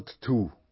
two